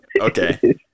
Okay